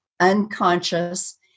unconscious